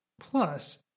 Plus